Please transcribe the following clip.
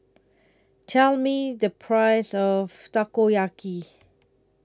Tell Me The Price of Takoyaki